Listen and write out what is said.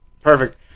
perfect